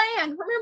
Remember